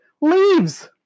Leaves